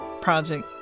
project